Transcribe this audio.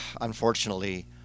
unfortunately